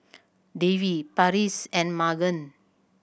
Davy Parrish and Magen